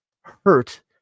hurt